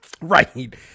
Right